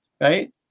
right